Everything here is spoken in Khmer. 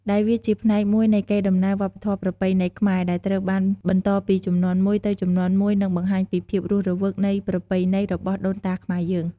ដែលវាជាផ្នែកមួយនៃកេរដំណែលវប្បធម៌ប្រពៃណីខ្មែរ ដែលត្រូវបានបន្តពីជំនាន់មួយទៅជំនាន់មួយនិងបង្ហាញពីភាពរស់រវើកនៃប្រពៃណីរបស់ដូនតាខ្មែរយើង។